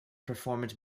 performed